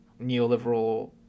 neoliberal